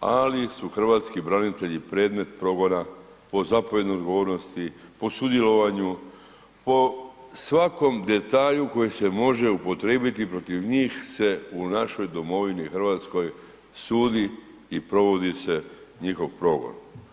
ali su Hrvatski branitelji predmet progona po zapovjednoj odgovornosti, po sudjelovanju po svakom detalju koji se može upotrijebiti protiv njih se u našoj domovini Hrvatskoj sudi i provodi se njihov progon.